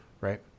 Right